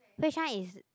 which one is